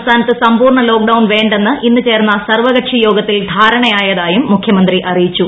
സംസ്ഥാനത്ത് സമ്പൂർണ്ണ ലോക്ഡൌൺ വേണ്ടെന്ന് ഇന്ന് ചേർന്ന സർവ്വകക്ഷിയോഗത്തിൽ ധാരണയായതായും മുഖ്യമന്ത്രി അറിയിച്ചു